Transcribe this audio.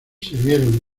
sirvieron